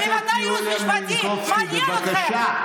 ממתי הייעוץ המשפטי מעניין אתכם?